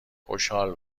خوشحال